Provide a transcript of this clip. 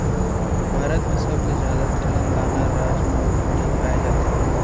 भारत म सबले जादा तेलंगाना राज म भेड़ी पाए जाथे